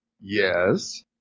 Yes